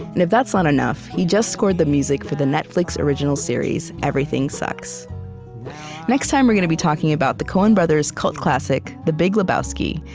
and if that's not enough, he just scored the music for the netflix original series, everything sucks next time we're going to be talking about the coen brothers' cult classic, the big lebowski,